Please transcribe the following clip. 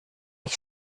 ich